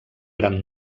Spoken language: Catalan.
gran